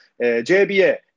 JBA